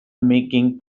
making